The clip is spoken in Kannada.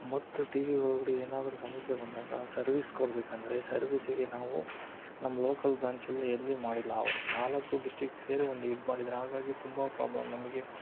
ಮತ್ತು ಟಿ ವಿ ಒಳಗಡೆ ಏನಾದರೂ ಸಮಸ್ಯೆ ಬಂದಾಗ ಸರ್ವೀಸ್ ಕೊಡಬೇಕಂದ್ರೆ ಸರ್ವೀಸಿಗೆ ನಾವು ನಮ್ಮ ಲೋಕಲ್ ಬ್ರ್ಯಾಂಚಲ್ಲಿ ಎಲ್ಲಿ ಮಾಡಿಲ್ಲ ಅವರು ನಾಲ್ಕು ಡಿಸ್ಟ್ರಿಕ್ ಸೇರಿ ಒಂದು ಇದು ಮಾಡಿದ್ದಾರೆ ಹಾಗಾಗಿ ತುಂಬ ಪ್ರಾಬ್ಲಮ್ ನಮಗೆ